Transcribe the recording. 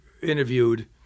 interviewed